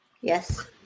Yes